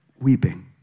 weeping